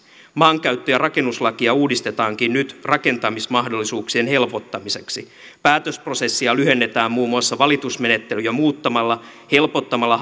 maankäyttö ja rakennuslakia uudistetaankin nyt rakentamismahdollisuuksien helpottamiseksi päätösprosessia lyhennetään muun muassa valitusmenettelyjä muuttamalla helpottamalla